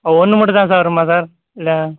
ஆ ஒன்று மட்டும்தான் sir sir இல்லை